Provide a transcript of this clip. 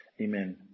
Amen